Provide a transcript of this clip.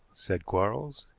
said quarles.